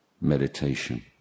meditation